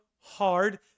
hard